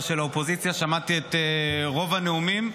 של האופוזיציה ושמעתי את רוב הנאומים.